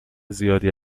زیادی